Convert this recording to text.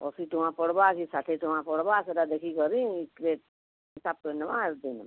ଅଶୀ ଟଙ୍କା ପଡ଼ବା କି ଷାଠିଏ ଟଙ୍କା ପଡ଼ବା ସେଟା ଦେଖିକରି କ୍ରେଟ୍ ହିସାବ କରିନେବା ଆର ଦେଇଦେମୁ